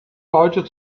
leute